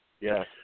Yes